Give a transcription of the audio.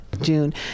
June